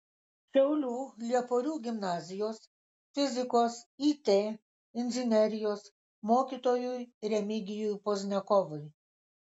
šiaulių lieporių gimnazijos fizikos it inžinerijos mokytojui remigijui pozniakovui